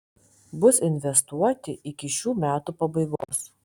bus investuoti iki šių metų pabaigos